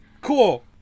Cool